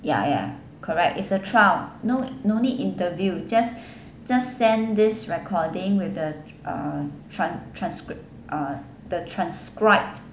ya ya correct is a trial no no need interview just just send this recording with the ah trans~ transcript the transcribed